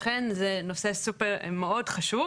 לכן זה נושא סופר חשוב.